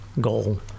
goal